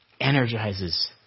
energizes